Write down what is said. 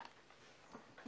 15:50.